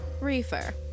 Reefer